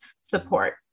support